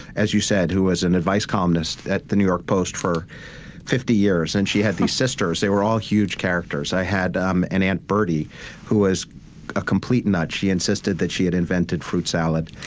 as you said, who was an advice columnist at the new york post for fifty years, and she had these sisters. they were all huge characters. i had um an aunt bertie who was a complete nut. she insisted that she had invented invented fruit salad.